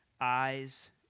eyes